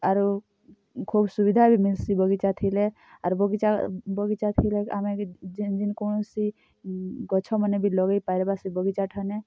ଆରୁ ଖୋବ୍ ସୁବିଧା ବି ମିଲ୍ସି ବଗିଚା ଥିଲେ ଆର୍ ବଗିଚା ବଗିଚା ଥିଲେ ଆମେ କି ଯେନ୍ ଯେନ୍ କୌଣସି ଗଛମାନେ ବି ଲଗେଇ ପାର୍ବା ସେ ବଗିଚାଠାନେ